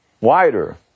Wider